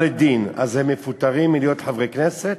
לדין אז הם מפוטרים מלהיות חברי כנסת?